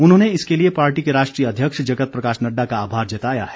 उन्होंने इसके लिए पार्टी के राष्ट्रीय अध्यक्ष जगत प्रकाश नड्डा का आभार जताया है